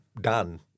done